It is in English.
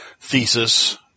thesis